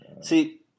See